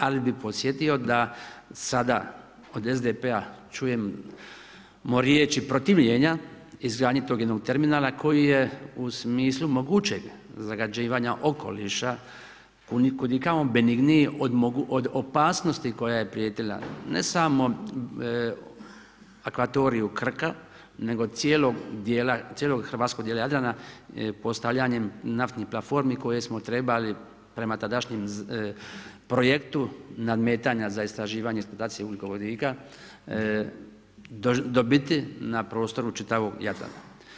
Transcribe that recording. Ali bih podsjetio da sada od SDP-a čujemo riječi protivljenja izgradnje tog jednog terminala koji je u smislu mogućeg zagađivanja okoliša puno kud i kamo beginiji od opasnosti koja je prijetila ne samo akvatoriju Krka nego cijelog hrvatskog dijela Jadrana postavljanjem naftnih platformi koje smo trebali prema tadašnjem projektu nadmetanja za istraživanje eksploatacije ugljikovodika dobiti na prostoru čitavog Jadrana.